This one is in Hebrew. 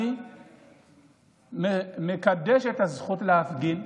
אני מקדש את הזכות להפגין,